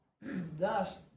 Thus